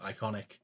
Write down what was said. iconic